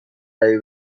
روی